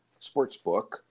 Sportsbook